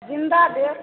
ज़िन्दा देब